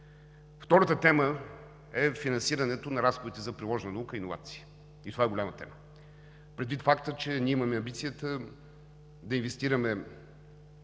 Втората тема е финансирането на разходите за приложна наука и иновации. Това е голяма тема, предвид факта че имаме амбицията да инвестираме